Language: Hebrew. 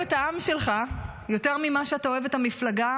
את העם שלך יותר ממה שאתה אוהב את המפלגה